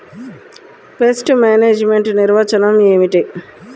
Pest management నిర్వచనం ఏమిటి?